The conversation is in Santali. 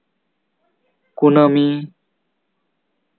ᱠᱩᱱᱟᱹᱢᱤ